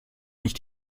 nicht